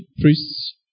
priests